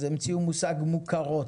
אז המציאו מושג "מוכרות"